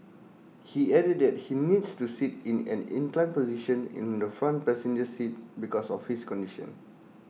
he added that he needs to sit in an inclined position in the front passenger seat because of his condition